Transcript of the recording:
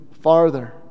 farther